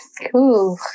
Cool